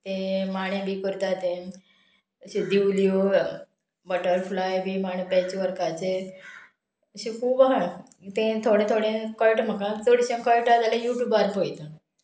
तें माणे बी करता तें अश्यो दिवल्यो बटरफ्लाय बी माणप्याच्या वर्काचे अशे खूब आहा तें थोडे थोडे कळटा म्हाका चडशे कळटा जाल्यार यू ट्यूबार पळयता